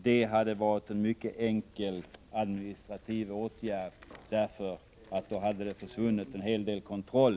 Det hade varit en mycket enkel administrativ åtgärd, för då hade det försvunnit en hel del kontroll.